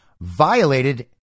violated